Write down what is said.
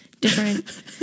different